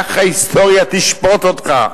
כך ההיסטוריה תשפוט אותך,